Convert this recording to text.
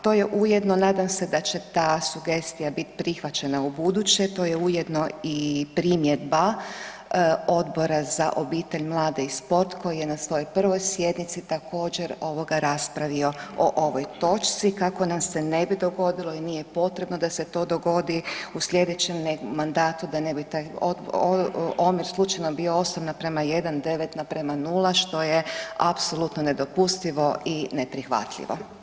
To je ujedno, nadam se da će ta sugestija biti prihvaćena ubuduće, to je ujedno i primjedba Odbora za obitelj, mlade i sport koji je na svojoj 1. sjednici, također, raspravio o ovoj točci, kako nam se ne bi dogodilo i nije potrebno da se to dogodi u sljedećem mandatu, da ne bi taj omjer slučajno bio 8:1, 9:0, što je apsolutno nedopustivo i neprihvatljivo.